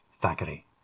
Thackeray